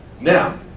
Now